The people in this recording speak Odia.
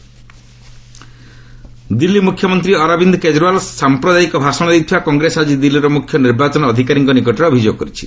କଙ୍ଗ ଇସି କେଜରିଓ୍ପାଲ୍ ଦିଲ୍ଲୀ ମୁଖ୍ୟମନ୍ତ୍ରୀ ଅରବିନ୍ଦ୍ କେଜରିୱାଲ୍ ସାମ୍ପ୍ରଦାୟିକ ଭାଷଣ ଦେଇଥିବା କଂଗ୍ରେସ ଆଜି ଦିଲ୍ଲୀର ମୁଖ୍ୟ ନିର୍ବାଚନ ଅଧିକାରୀଙ୍କ ନିକଟରେ ଅଭିଯୋଗ କରିଛି